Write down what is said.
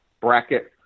bracket